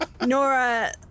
Nora